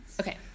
Okay